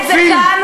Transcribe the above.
רודפים,